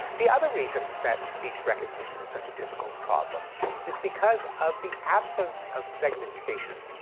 the other reason that speech recognition is such a difficult problem is because of the absence of segmentation.